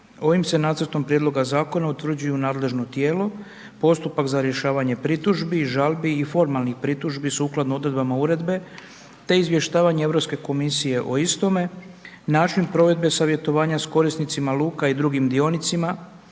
Ovim se nacrtom prijedloga zakona, utvrđuju nadležno tijelo, postupak za rješavanje pritužbi i žalbi i formalnih pritužbi, sukladno odredbama uredbe, te izvještavanje Europske komisije o istome, način provedbe savjetovanja s korisnicima luka i drugim dionicima,